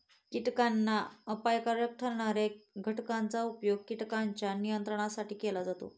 कीटकांना अपायकारक ठरणार्या घटकांचा उपयोग कीटकांच्या नियंत्रणासाठी केला जातो